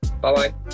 Bye-bye